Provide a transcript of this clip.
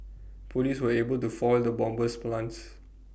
Police were able to foil the bomber's plans